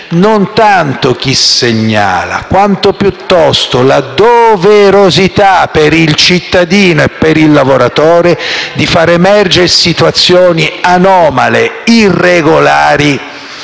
non tanto chi segnala, quanto piuttosto la doverosità per il cittadino e per il lavoratore di far emergere situazioni anomale, irregolari